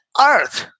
earth